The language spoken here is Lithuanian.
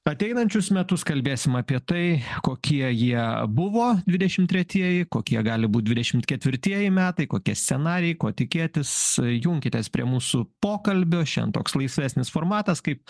ateinančius metus kalbėsim apie tai kokie jie buvo dvidešim tretieji kokie gali būt dvidešim ketvirtieji metai kokie scenarijai ko tikėtis junkitės prie mūsų pokalbio šiandien toks laisvesnis formatas kaip